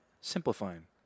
simplifying